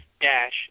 dash